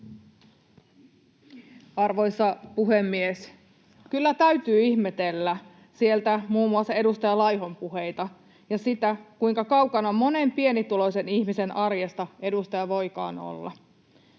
Arvoisa puhemies! Kyllä täytyy ihmetellä muun muassa edustaja Laihon puheita ja sitä, kuinka kaukana monen pienituloisen ihmisen arjesta edustaja voikaan olla.